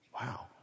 Wow